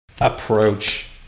approach